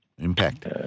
impact